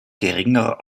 geringer